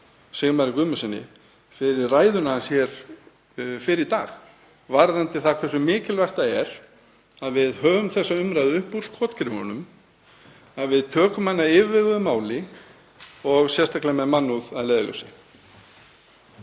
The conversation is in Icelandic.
Sigmari Guðmundssyni fyrir ræðu hans hér fyrr í dag varðandi það hversu mikilvægt það er að við hefjum þessa umræðu upp úr skotgröfunum, að við tökum hana að yfirveguðu máli og sérstaklega með mannúð að leiðarljósi.